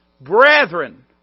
Brethren